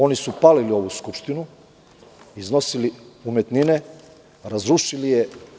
Oni su palili ovu Skupštinu, iznosili umetnine, razrušili je.